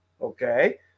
okay